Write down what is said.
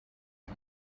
tea